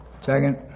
Second